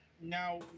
Now